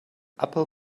apple